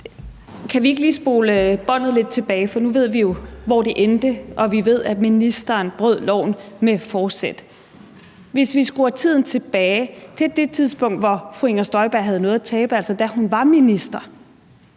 Kan vi ikke lige spole båndet lidt tilbage? For nu ved vi jo, hvor det endte, og vi ved, at ministeren brød loven med forsæt. Hvis vi skruer tiden tilbage til det tidspunkt, hvor fru Inger Støjberg havde noget at tabe, altså da hun var minister,